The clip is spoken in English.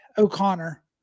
O'Connor